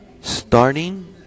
starting